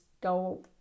go